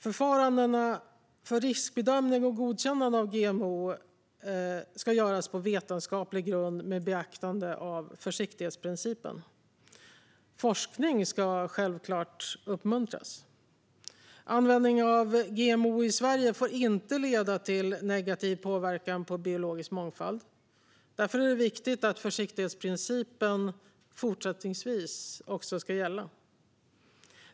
Förfarandena för riskbedömning och godkännande av GMO ska göras på vetenskaplig grund med beaktande av försiktighetsprincipen. Forskning ska självklart uppmuntras. Användningen av GMO i Sverige får inte leda till negativ påverkan på biologisk mångfald. Därför är det viktigt att försiktighetsprincipen även fortsättningsvis ska gälla.